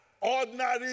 ordinary